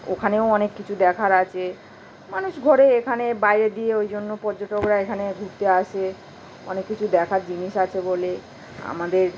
ওখানেও অনেক কিছু দেখার আছে মানুষ ঘোরে এখানে বাইরে দিয়ে ওই জন্য পর্যটকরা এখানে ঘুরতে আসে অনেক কিছু দেখার জিনিস আছে বলে আমাদের